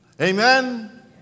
Amen